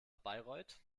bayreuth